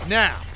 now